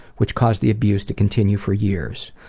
which caused the abuse to continue for years.